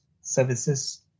services